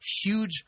huge